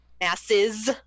masses